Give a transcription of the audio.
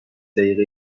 دقیقه